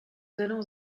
allons